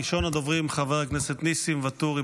ראשון הדוברים יהיה חבר הכנסת ניסים ואטורי,